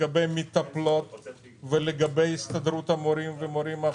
לגבי המטפלות ולגבי הסתדרות המורים והמורים החדשים,